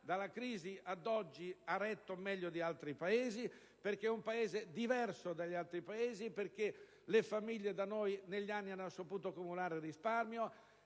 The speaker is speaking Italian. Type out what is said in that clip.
nella crisi, fino ad oggi, ha retto meglio di altri Paesi, perché è un Paese diverso degli altri. Da noi le famiglie, negli anni, hanno saputo accumulare risparmio